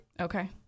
Okay